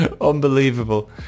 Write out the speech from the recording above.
Unbelievable